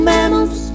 Mammals